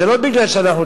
זה לא כי אנחנו דמוקרטים.